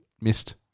missed